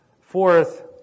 Fourth